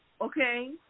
okay